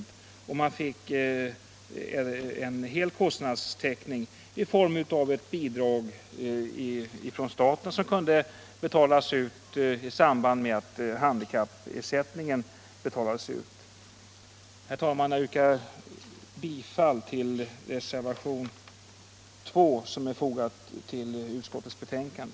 Vi föreslår alltså en hel kostnadstäckning i form av ett bidrag från staten, som kunde betalas ut i samband med att handikappersättningen betalas ut. Herr talman! Jag yrkar bifall till reservationen 2, som är fogad till utskottets betänkande.